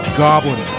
goblin